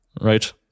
right